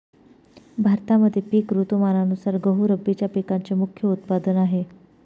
भारतामध्ये पिक ऋतुमानानुसार गहू रब्बीच्या पिकांचे मुख्य उत्पादन आहे